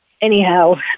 Anyhow